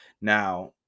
now